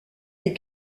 est